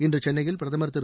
இன்று சென்னையில் பிரதமர் திரு